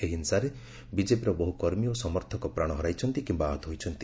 ଏହି ହିଂସାରେ ବିଜେପିର ବହୁ କର୍ମୀ ଓ ସମର୍ଥକ ପ୍ରାଣ ହରାଇଛନ୍ତି କିମ୍ବା ଆହତ ହୋଇଛନ୍ତି